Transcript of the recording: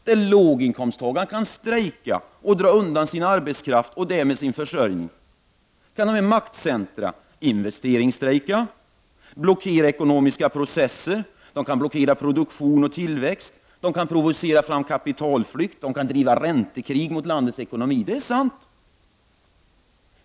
När låginkomsttagaren kan strejka och dra undan sin arbetskraft och därmed sin försörjning, kan dessa maktcentra investeringsstrejka, blockera ekonomiska processer, produktion och tillväxt eller provocera fram kapitalflykt och driva räntekrig mot landets ekonomi. Det är sant.